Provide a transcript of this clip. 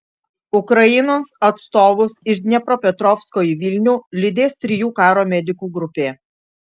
ukrainos atstovus iš dniepropetrovsko į vilnių lydės trijų karo medikų grupė